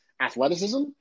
athleticism